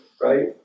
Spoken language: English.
right